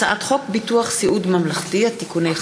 הצעת חוק מס ערך מוסף (תיקון,